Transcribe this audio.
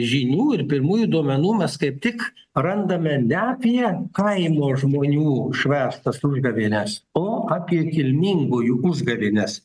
žinių ir pirmųjų duomenų mes kaip tik randame ne apie kaimo žmonių švęstas užgavėnės o apie kilmingųjų užgavėnes